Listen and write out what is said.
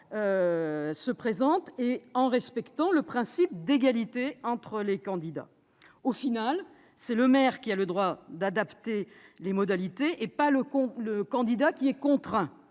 se présentent et en respectant le principe d'égalité entre les candidats. Au final, c'est le maire qui a le droit d'adapter les modalités et pas le candidat qui est contraint.